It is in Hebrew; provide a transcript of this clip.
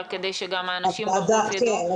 אבל כדי שגם האנשים בחוץ ידעו.